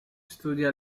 studia